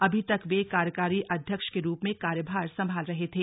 अभी तक ये कार्यकारी अध्यक्ष के रूप में कार्यभार संभाल रहे थे